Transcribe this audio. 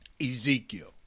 Ezekiel